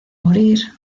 morir